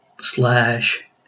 slash